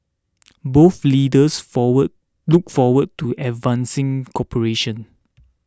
both leaders forward look forward to advancing cooperation